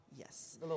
Yes